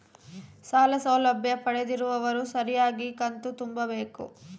ಸಾಲ ಸೌಲಭ್ಯ ಪಡೆದಿರುವವರು ಸರಿಯಾಗಿ ಕಂತು ತುಂಬಬೇಕು?